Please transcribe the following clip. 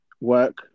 Work